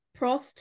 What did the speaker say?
Prost